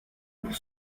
pour